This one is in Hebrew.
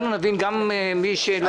כדי שכולנו נבין, גם מי שלא אינטליגנט, כמוני?